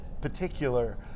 particular